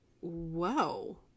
Whoa